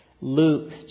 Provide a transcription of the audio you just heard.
Luke